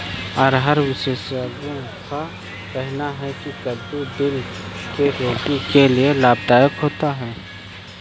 आहार विशेषज्ञों का कहना है की कद्दू दिल के रोगियों के लिए लाभदायक होता है